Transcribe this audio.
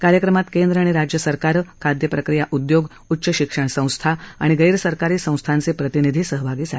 कार्यक्रमात केंद्र आणि राज्यसरकारं खाद्यप्रक्रिया उद्योग उच्चशिक्षण संस्था आणि गैरसरकारी संस्थांचे प्रतिनिधीही सहभागी झाले होते